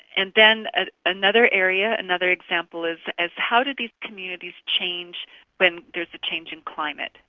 and then ah another area, another example is and how do these communities change when there is a change in climate.